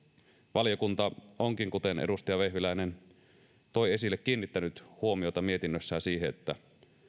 valiokunta onkin kuten edustaja vehviläinen toi esille kiinnittänyt huomiota mietinnössään siihen että